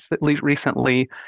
recently